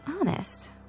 Honest